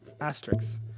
asterisks